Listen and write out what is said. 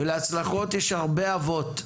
ולהצלחות יש הרבה אבות,